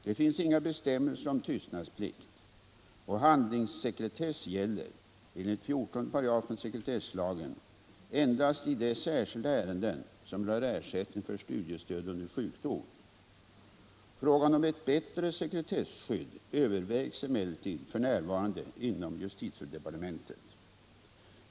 Det finns inga bestämmelser om tystnadsplikt, och handlingssekretess gäller — enligt 14 § sekretesslagen — endast i de särskilda ärenden som rör ersättning för studiestöd under sjukdom. Frågan om ett bättre sekretesskydd övervägs emellertid f. n. inom justitiedepartementet.